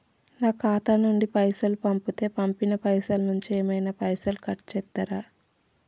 నా ఖాతా నుండి పైసలు పంపుతే పంపిన పైసల నుంచి ఏమైనా పైసలు కట్ చేత్తరా?